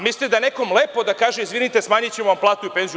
Mislite li da je nekome lepo da kaže – izvinite, smanjićemo vam platu i penziju?